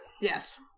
Yes